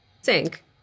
sink